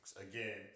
again